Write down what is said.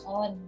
on